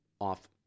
off